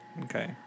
Okay